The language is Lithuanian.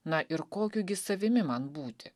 na ir kokiu gi savimi man būti